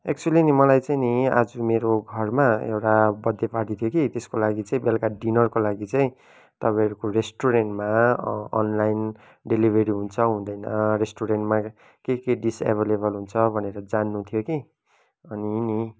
actually चाहिँ नि मलाई नि मेरो घरमा एउटा बर्थडे पार्टी थियो कि त्यसको लागि चाहिँ बेलुका डिनरको लागि चाहिँ तपाईँहरूको रेस्टुरेन्टमा अनलाइन डेलिभरी हुन्छ हुँदैन रेस्टुरेन्टमा के के डिस एभाइलेबल हुन्छ भनेर जान्नु थियो कि अनि नि